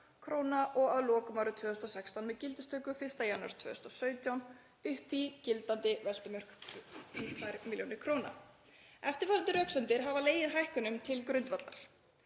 og að lokum árið 2016, með gildistöku 1. janúar 2017, upp í gildandi veltumörk, 2 millj. kr. Eftirfarandi röksemdir hafa legið hækkunum til grundvallar.